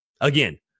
Again